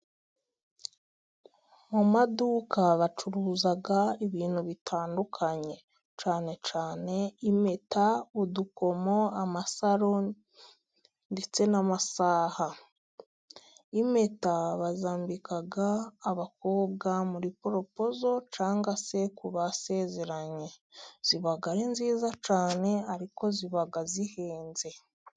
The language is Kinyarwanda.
Mu maduka bacuruza ibintu bitandukanye cyane cyane impeta udukomo amasaro ndetse n'amasaha. Impeta bazambika abakobwa muri poropozo cyanwa se ku basezeranye, ziba ari nziza cyane ariko ziba zihenze.